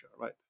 right